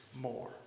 more